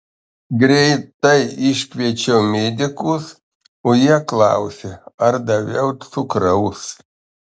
greitai iškviečiau medikus o jie klausia ar daviau cukraus